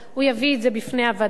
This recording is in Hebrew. הוא יביא את זה בפני הוועדה.